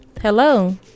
hello